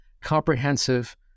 comprehensive